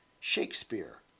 Shakespeare